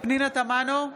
פנינה תמנו,